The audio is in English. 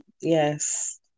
Yes